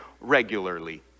regularly